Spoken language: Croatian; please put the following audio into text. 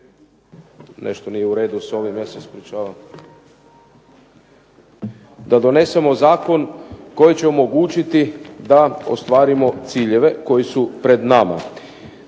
Nešto nije u redu s ovim, ja se ispričavam. Da donesemo zakon koji će omogućiti da ostvarimo ciljeve koji su pred nama.